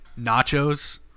nachos